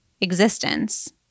existence